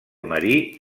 marí